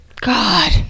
God